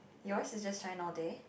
yours is just shine all day